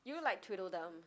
you like Twitter them